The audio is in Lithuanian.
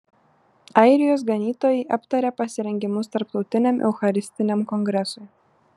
airijos ganytojai aptarė pasirengimus tarptautiniam eucharistiniam kongresui